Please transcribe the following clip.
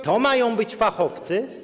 To mają być fachowcy?